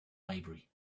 maybury